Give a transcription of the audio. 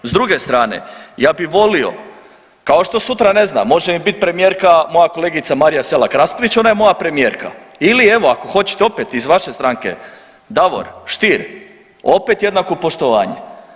S druge strane ja bi volio kao što sutra ne znam, može mi bit premijerka moja kolegica Marija Selak Raspudić ona je moja premijerka ili evo ako hoćete opet iz vaše stranke Davor Stier, opet jednako poštovanje.